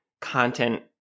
content